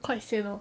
quite sian hor